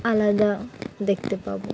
আলাদা দেখতে পাবো